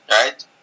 Right